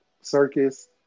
circus